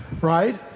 right